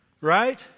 right